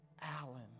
Alan